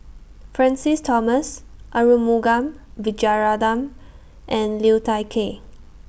Francis Thomas Arumugam Vijiaratnam and Liu Thai Ker